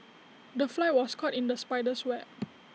the fly was caught in the spider's web